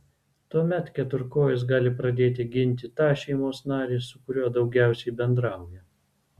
tuomet keturkojis gali pradėti ginti tą šeimos narį su kuriuo daugiausiai bendrauja